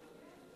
כן.